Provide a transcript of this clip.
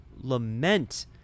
lament